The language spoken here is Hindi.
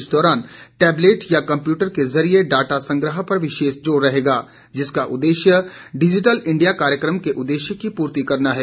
इस दौरान टैबलेट या कम्प्यूटर के ज़रिए डाटा संग्रह पर विशेष ज़ोर रहेगा जिसका उद्देश्य डिजिटल इंडिया कार्यक्रम के उद्देश्य की पूर्ति करना है